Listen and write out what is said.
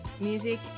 music